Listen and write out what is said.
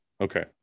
Okay